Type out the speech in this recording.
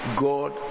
God